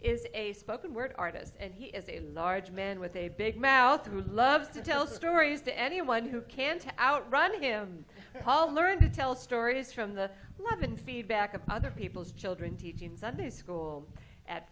is a spoken word artist and he is a large man with a big mouth who loves to tell stories to anyone who can't outrun him paul learned to tell stories from the feedback of other people's children teaching sunday school at